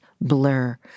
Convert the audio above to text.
blur